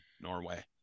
Norway